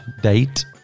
date